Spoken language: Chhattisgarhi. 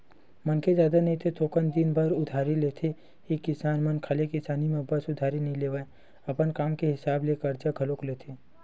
मनखे जादा नई ते थोक दिन बर उधारी लेथे ही किसान मन खाली किसानी म बस उधारी नइ लेवय, अपन काम के हिसाब ले करजा घलोक लेथे